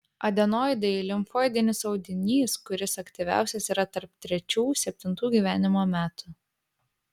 adenoidai limfoidinis audinys kuris aktyviausias yra tarp trečių septintų gyvenimo metų